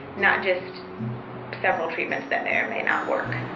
not just several treatments that may or may not work.